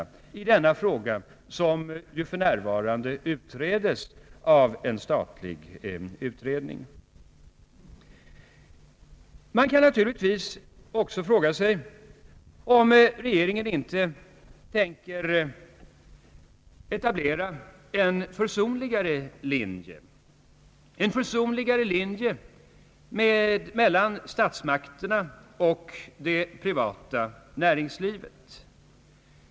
Det finns naturligtvis också anledning att undra över om regeringen inte tänker etablera en försonligare linje mellan statsmakterna och det privata näringslivet.